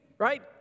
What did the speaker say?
Right